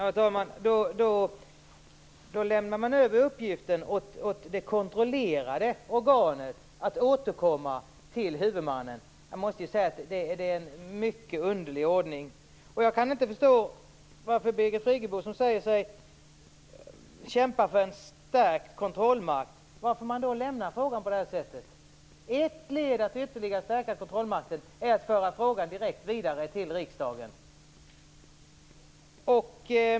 Herr talman! Då lämnar man över uppgiften åt det kontrollerade organet att återkomma till huvudmannen. Jag måste säga att det är en mycket underlig ordning. Jag kan inte förstå varför Birgit Friggebo, som säger sig kämpa för en stärkt kontrollmakt, lämnar frågan på det här sättet. Ett led i att ytterligare stärka kontrollmakten är att föra frågan direkt vidare till riksdagen.